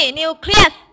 nucleus